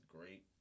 Great